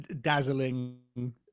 dazzling